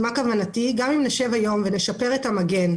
כוונתי היא שגם אם נשב היום ונשפר את המגן,